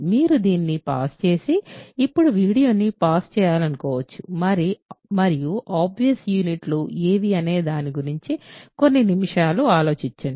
మీరు దీన్ని పాజ్ చేసి ఇప్పుడు వీడియోను పాజ్ చేయాలనుకోవచ్చు మరియు ఆబ్వియస్ యూనిట్లు ఏవి అనే దాని గురించి కొన్ని నిమిషాలు ఆలోచించండి